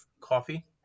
coffee